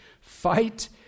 fight